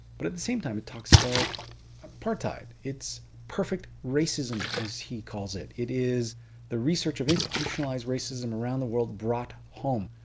but at the same time it talks about apartheid. it's perfect racism as he calls it. it is the research of institutionalized racism around the world brought home.